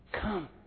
Come